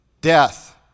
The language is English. Death